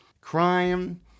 crime